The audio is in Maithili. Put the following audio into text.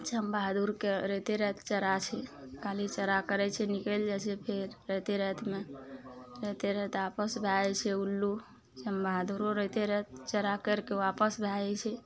चमबहादुरके राइते राति चरा छै खाली चरा करय छै निकलि जाइ छै फेर राइते रातिमे राइते राति वापस भए जाइ छै उल्लू चमबहादुरो राइते राति चरा करिकए वापस भए जाइ छै